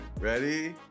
Ready